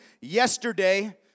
yesterday